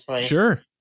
sure